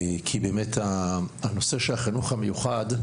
נושא החינוך המיוחד,